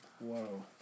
Whoa